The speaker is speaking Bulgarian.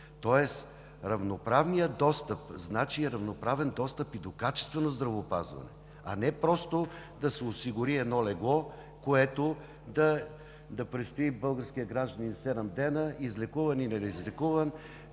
Тоест равноправният достъп значи равноправен достъп и до качествено здравеопазване, а не просто да се осигури едно легло, в което българският гражданин да преспи седем дни и излекуван